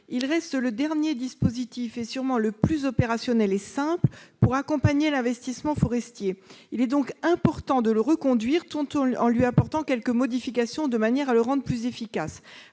Il demeure le dernier dispositif- et sûrement le plus opérationnel et le plus simple -pour accompagner l'investissement forestier. Il est donc important de le reconduire, tout en lui apportant quelques modifications de manière à le rendre plus efficace.